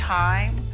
time